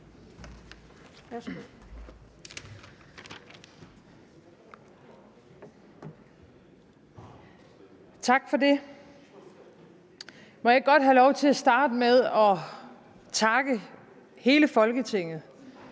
Tak for det. Må jeg ikke godt have lov til at starte med at takke hele Folketinget